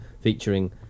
featuring